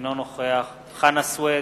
אינו נוכח חנא סוייד,